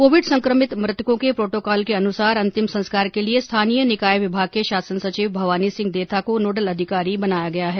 Covid संक्रमित मृतकों के प्रोटोकॉल के अनुसार अंतिम संस्कार के लिए स्थानीय निकाय विभाग के शासन सचिव भवानी सिंह देथा को नोडल अधिकारी बनाया गया है